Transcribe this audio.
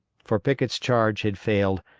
for pickett's charge had failed,